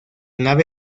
nave